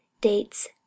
dates